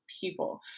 people